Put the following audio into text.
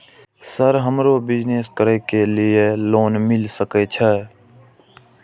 Sir हमरो business करके ली ये लोन मिल सके छे?